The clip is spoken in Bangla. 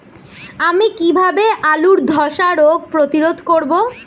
আমি কিভাবে আলুর ধ্বসা রোগ প্রতিরোধ করব?